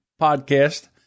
podcast